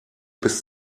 bis